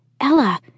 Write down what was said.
Ella